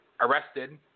arrested